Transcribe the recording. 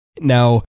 Now